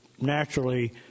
naturally